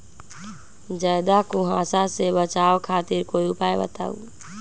ज्यादा कुहासा से बचाव खातिर कोई उपाय बताऊ?